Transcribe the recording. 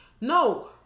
No